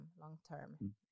long-term